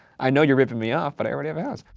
i know you're ripping me off, but i already have a house.